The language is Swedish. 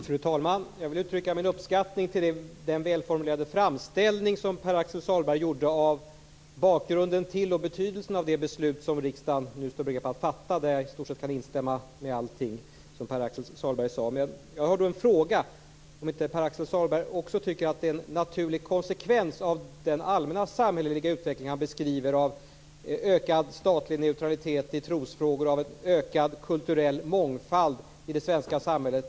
Fru talman! Jag vill uttrycka min uppskattning för den välformulerade framställning som Pär-Axel Sahlberg gjorde av bakgrunden till och betydelsen av det beslut som riksdagen nu står i begrepp att fatta. Jag kan i stort sett instämma i allting som Pär-Axel Sahlberg sade, men jag har en fråga. Pär-Axel Sahlberg beskriver en allmän samhällelig utveckling av ökad statlig neutralitet i trosfrågor och av en ökad kulturell mångfald i det svenska samhället.